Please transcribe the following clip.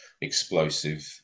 Explosive